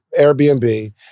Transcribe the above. Airbnb